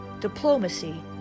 diplomacy